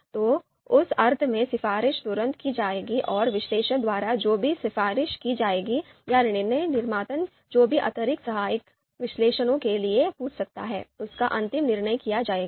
तो उस अर्थ में सिफारिश तुरंत की जाएगी और विश्लेषक द्वारा जो भी सिफारिश की जाएगी या निर्णय निर्माता जो भी अतिरिक्त सहायक विश्लेषणों के लिए पूछ सकता है उसका अंतिम निर्णय किया जाएगा